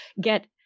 get